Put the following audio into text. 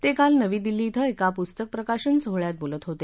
ते काल नवी दिल्ली क्वे एका पुस्तक प्रकाशन सोहळ्यात बोलत होते